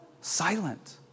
silent